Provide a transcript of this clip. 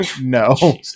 No